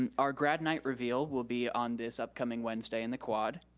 and our grad night reveal will be on this upcoming wednesday in the quad,